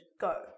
go